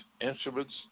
instruments